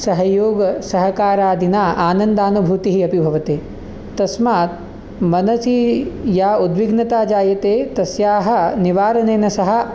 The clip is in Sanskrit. सहयोगसहकारादिना आनन्दानुभूतिः अपि भवति तस्मात् मनसि या उद्विग्नता जायते तस्याः निवारनेन सह